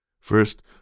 First